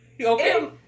Okay